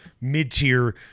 Mid-tier